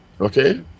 Okay